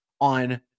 on